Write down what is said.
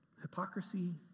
hypocrisy